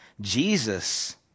Jesus